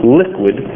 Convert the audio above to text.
liquid